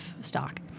stock